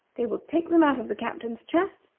they will take them out of the captain's chests,